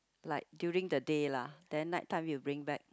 like during the day lah then night time you bring back